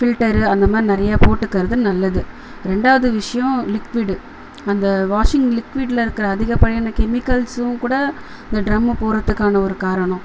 filter அந்தமாதிரி நிறையா போட்டுக்கிறது நல்லது ரெண்டாவது விஷயம் லிக்விட்டு அந்த வாஷிங் லிக்விட்ல இருக்க அதிகப்படியான கெமிக்கல்ஸும் கூடவே அந்த ட்ரம்மு போகிறதுக்கான ஒரு காரணம்